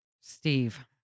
Steve